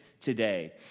today